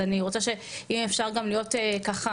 אז אם אפשר גם להיות ממוקדים,